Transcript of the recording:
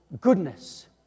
goodness